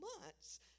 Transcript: months